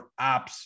apps